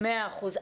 מאה אחוז.